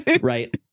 right